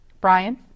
Brian